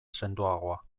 sendoagoa